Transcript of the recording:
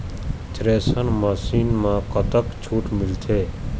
Thresher machine म कतक छूट मिलथे?